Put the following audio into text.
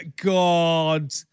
God